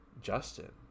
Justin